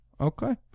Okay